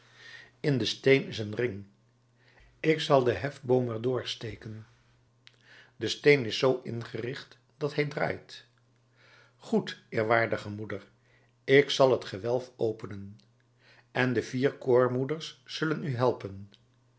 den steen is een ring ik zal den hefboom er door steken de steen is zoo ingericht dat hij draait goed eerwaardige moeder ik zal het gewelf openen en de vier koormoeders zullen u helpen